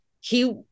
he-